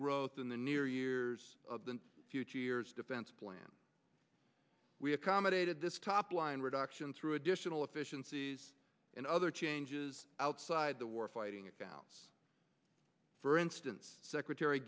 growth in the near years of the future years defense plan we accommodated this topline reduction through additional efficiencies and other changes outside the warfighting accounts for instance secretary